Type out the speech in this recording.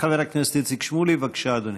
חבר הכנסת איציק שמולי, בבקשה, אדוני.